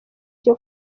icyo